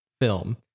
film